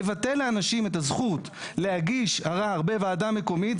לבטל לאנשים את הזכות להגיש ערר בוועדה מקומית,